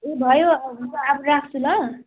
ए भयो हुन्छ अब राख्छु ल